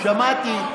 שמעתי.